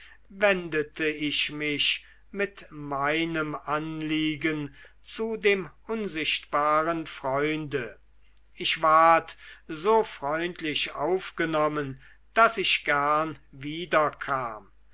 wendete ich mich mit meinem anliegen zu dem unsichtbaren freunde ich ward so freundlich aufgenommen daß ich gern wiederkam